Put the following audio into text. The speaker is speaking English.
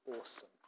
awesome